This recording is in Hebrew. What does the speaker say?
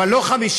אבל לא 50,000,